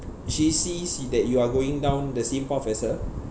she sees s~ that you are going down the same path as her